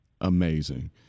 amazing